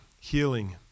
Healing